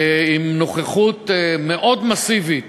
עם נוכחות מאוד מסיבית